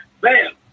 bam